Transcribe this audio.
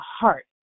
heart